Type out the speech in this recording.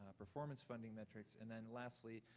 ah performance funding metrics, and then lastly,